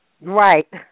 Right